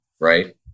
Right